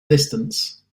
distance